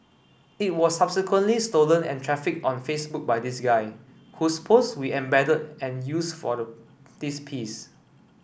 it was subsequently stolen and trafficked on Facebook by this guy whose posts we embedded and used for the this piece